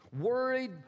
Worried